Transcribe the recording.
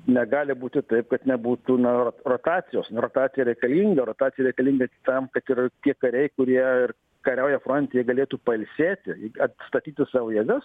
negali būti taip kad nebūtų na rotacijos rotacija reikalinga rotacija reikalinga tam kad ir tie kariai kurie kariauja fronte galėtų pailsėti atstatyti savo jėgas